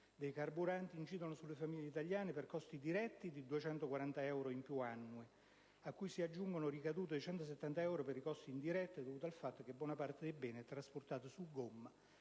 dei carburanti incidono sulle famiglie italiane per costi diretti di 240 euro in più all'anno, a cui si aggiungono ricadute di 170 euro per i costi indiretti, dovute al fatto che buona parte dei beni è trasportata su gomma,